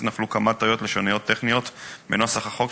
נפלו כמה טעויות לשוניות-טכניות בנוסח החוק,